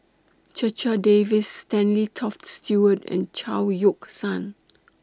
Checha Davies Stanley Toft Stewart and Chao Yoke San